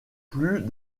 plus